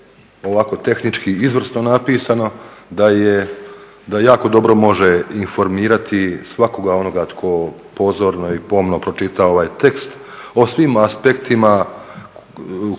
ovako tehnički izvrsno napisano, da jako dobro može informirati svakoga onoga tko pozorno i pomno pročita ovaj tekst o svim aspektima o